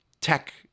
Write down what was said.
tech